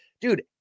dude